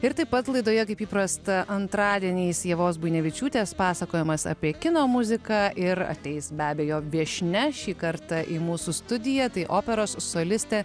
ir taip pat laidoje kaip įprasta antradieniais ievos buinevičiūtės pasakojimas apie kino muziką ir ateis be abejo viešnia šį kartą į mūsų studiją tai operos solistė